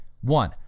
One